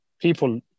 people